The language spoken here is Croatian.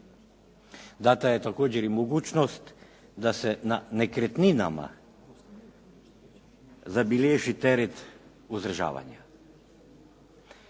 dana je također i mogućnost da se na nekretninama zabilježi teret uzdržavanja.